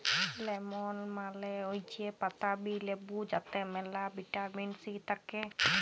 lemon মালে হৈচ্যে পাতাবি লেবু যাতে মেলা ভিটামিন সি থাক্যে